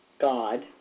God